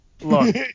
look